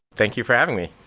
thank you for having me.